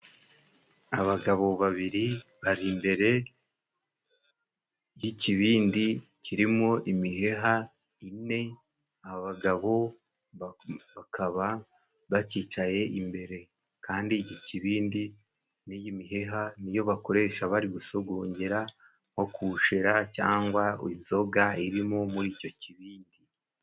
Abagabo babiri bari imbere y'ikibindi kirimo imiheha ine, abagabo bakaba bacyicaye imbere, kandi iki kibindi n'iyi miheha niyo bakoresha bari gusogongera nko kushera cyangwa inzoga irimo muri icyo kibindi.